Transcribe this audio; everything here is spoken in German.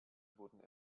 wurden